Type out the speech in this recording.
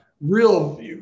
real